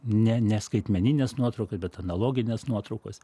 ne ne skaitmenines nuotraukas bet analogines nuotraukos